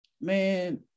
man